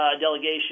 delegation